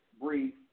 brief